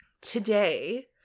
today